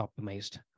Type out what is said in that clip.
optimized